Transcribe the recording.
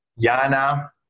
Jana